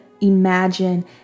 imagine